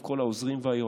עם כל העוזרים והיועצים?